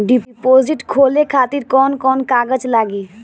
Deposit खोले खातिर कौन कौन कागज लागी?